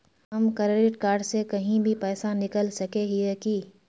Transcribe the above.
हम credit card से कहीं भी पैसा निकल सके हिये की?